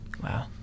Wow